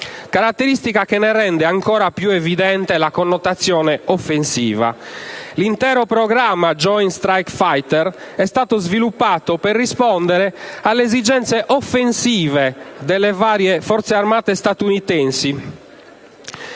caratteristica che ne rende ancora più evidente la connotazione offensiva. L'intero programma Joint strikefighter è stato sviluppato per rispondere alle esigenze offensive delle varie forze armate statunitensi